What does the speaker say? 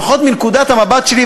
לפחות מנקודת המבט שלי,